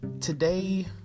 Today